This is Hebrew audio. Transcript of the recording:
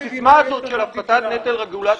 הסיסמה הזאת של הפחתת נטל רגולציה,